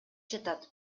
жатат